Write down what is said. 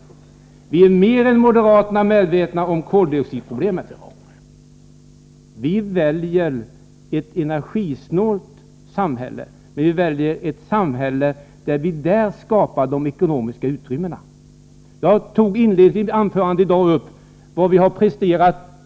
Vi är mera än moderaterna medvetna om koldioxidproblemet. Vi väljer ett energisnålt samhälle, men vi väljer samtidigt ett samhälle där vi skapar ekonomisk utveckling. Jag tog inledningsvis i mitt anförande i dag upp vad vi tidigare har presterat.